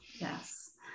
Yes